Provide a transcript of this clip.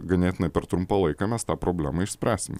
ganėtinai per trumpą laiką mes tą problemą išspręsime